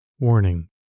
Warning